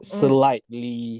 slightly